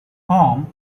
home